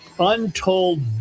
untold